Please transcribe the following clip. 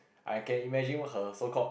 I can imagine what her so called